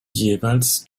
jeweils